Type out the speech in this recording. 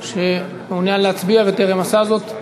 הנושא הבא יהיה הצעת חוק שירות ביטחון (תיקון מס' 19) (תיקון),